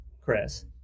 Chris